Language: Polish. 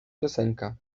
piosenka